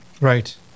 Right